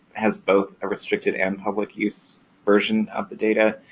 has both a restricted and public use version of the data,